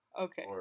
Okay